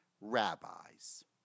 rabbis